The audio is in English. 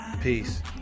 peace